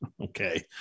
okay